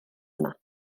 yma